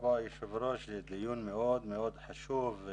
תודה רבה היו"ר, דיון מאוד מאוד חשוב.